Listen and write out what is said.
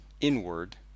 inward